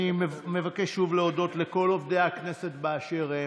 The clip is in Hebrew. אני מבקש שוב להודות לכל עובדי הכנסת באשר הם.